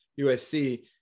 USC